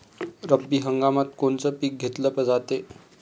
रब्बी हंगामात कोनचं पिक घेतलं जाते?